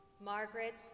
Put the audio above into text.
Margaret